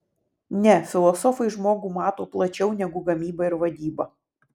ne filosofai žmogų mato plačiau negu gamyba ir vadyba